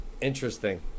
Interesting